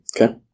Okay